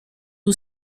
who